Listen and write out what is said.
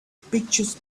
pictures